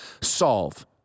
solve